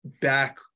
back